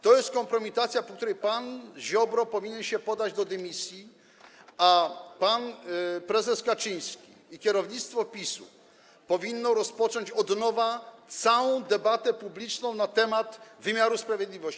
To jest kompromitacja, po której pan Ziobro powinien się podać do dymisji, a pan prezes Kaczyński i kierownictwo PiS powinni rozpocząć od nowa całą debatę publiczną na temat wymiaru sprawiedliwości.